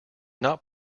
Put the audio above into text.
not